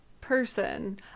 person